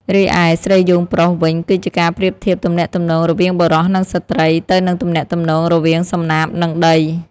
រីឯ ស្រីយោងប្រុស វិញ គឺជាការប្រៀបធៀបទំនាក់ទំនងរវាងបុរសនិងស្ត្រី ទៅនឹងទំនាក់ទំនងរវាងសំណាបនិងដី។